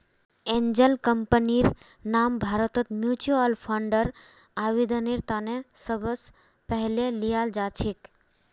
angel कम्पनीर नाम भारतत म्युच्युअल फंडर आवेदनेर त न सबस पहले ल्याल जा छेक